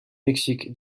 mexique